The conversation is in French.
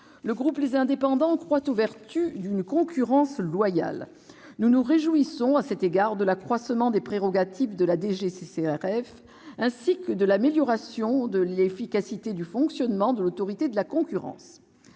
Le groupe Les Indépendants croit aux vertus d'une concurrence loyale. De ce point de vue, nous nous félicitons de l'accroissement des prérogatives de la DGCCRF, ainsi que de l'amélioration de l'efficacité du fonctionnement de l'Autorité de la concurrence.